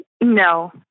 No